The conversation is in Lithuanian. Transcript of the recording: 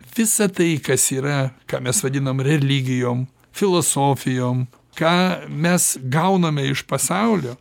visa tai kas yra ką mes vadinam religijom filosofijom ką mes gauname iš pasaulio